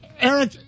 Eric